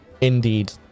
indeed